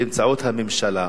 באמצעות הממשלה,